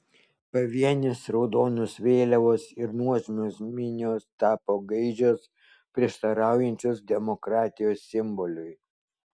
pavienės raudonos vėliavos ir nuožmios minios tapo gaižios prieštaraujančios demokratijos simboliui